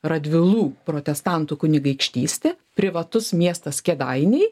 radvilų protestantų kunigaikštystė privatus miestas kėdainiai